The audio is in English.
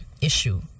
issue